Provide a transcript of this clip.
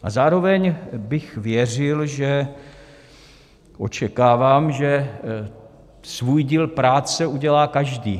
A zároveň bych věřil, že očekávám, že svůj díl práce udělá každý.